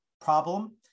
problem